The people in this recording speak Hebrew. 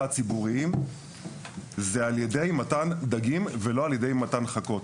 הציבוריים זה על ידי מתן דגים ולא ידי מתן חכות,